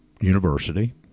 University